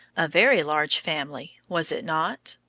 a very large family, was it not?